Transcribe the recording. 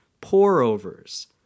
pour-overs